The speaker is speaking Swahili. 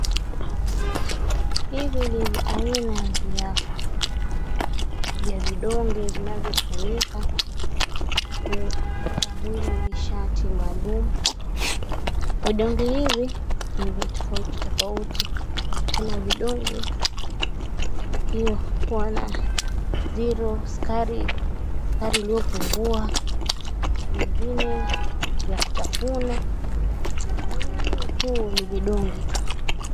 Hivi ni ania vya vidonge vinavyotumika kupea mwili nishati maalum. Vidonge hivi ni vya tofauti tofauti, kuna vidonge viliokuwa na zero sukari iliyopungua, vingine vyakutafuna na vingine tu ni vidonge tu.